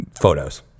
photos